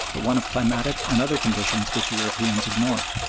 but one of climatic and other conditions which europeans ignore.